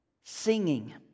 singing